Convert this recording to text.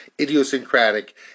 idiosyncratic